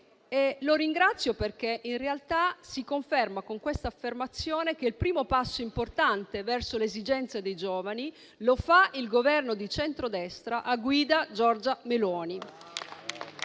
Lo ringrazio perché in realtà con questa affermazione si conferma che il primo passo importante verso le esigenze dei giovani lo fa il Governo di centrodestra a guida Giorgia Meloni.